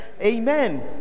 Amen